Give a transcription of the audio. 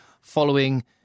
following